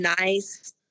nice